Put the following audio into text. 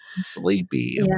Sleepy